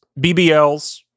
BBLs